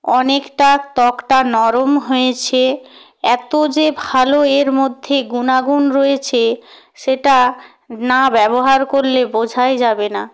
অনেকটা ত্বকটা নরম হয়েছে এত যে ভালো এর মধ্যে গুণাগুণ রয়েছে সেটা না ব্যবহার করলে বোঝাই যাবে না